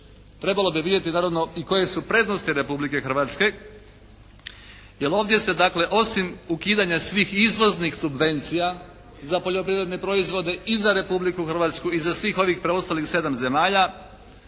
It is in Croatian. Trebalo bi vidjeti naravno i koje su prednosti Republike Hrvatske jer ovdje se dakle osim ukidanja svih izvoznih subvencija za poljoprivredne proizvodnje i za Republiku Hrvatsku i za svih ovih preostalih 7 zemalja,